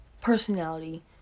personality